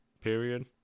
period